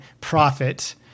profit